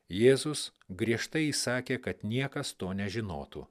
jėzus griežtai įsakė kad niekas to nežinotų